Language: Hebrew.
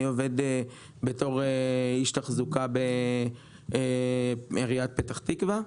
עובד בתור איש תחזוקה בעיריית פתח תקווה.